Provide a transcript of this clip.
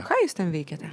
ką jūs ten veikėte